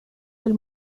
del